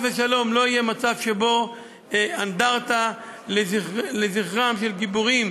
ושלום לא יהיה מצב שאנדרטה לזכרם של גיבורים,